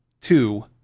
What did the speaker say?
Two